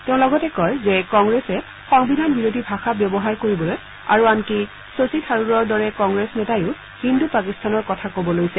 তেওঁ লগতে কয় যে কংগ্ৰেছে সংবিধান বিৰোধী ভাষা ব্যৱহাৰ কৰিবলৈ আৰু আনকি শশী থাৰুৰৰ দৰে কংগ্ৰেছ নেতাইও হিন্দু পাকিস্তানৰ কথা কব লৈছে